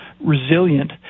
resilient